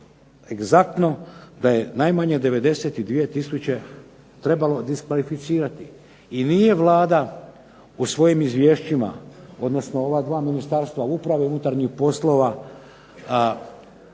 egzaktno da je najmanje 92 tisuće trebalo diskvalificirati. I nije Vlada u svojim izvješćima, odnosno ova 2 ministarstva, uprave i unutarnjih poslova